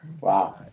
Wow